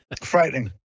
frightening